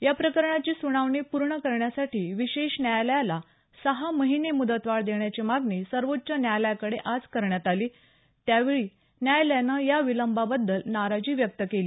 या प्रकरणाची सुनावणी पूर्ण करण्यासाठी विशेष न्यायालयाला सहा महिने मुदतवाढ देण्याची मागणी सर्वोच्च न्यायालयाकडे आज करण्यात आली त्यावेळी न्यायालयानं या विलंबाबद्दल नाराजी व्यक्त केली